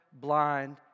blind